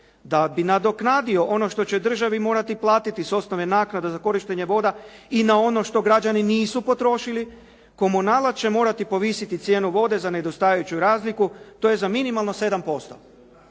Da bi nadoknadio ono što će državi morati platiti s osnove naknada za korištenje voda i na ono što građani nisu potrošili, komunalac će morati povisiti cijenu vode za nedostajajuću razliku, to je za minimalno 7%.